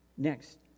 Next